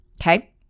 Okay